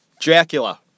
Dracula